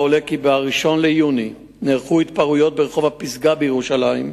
שברחוב הפסגה בירושלים.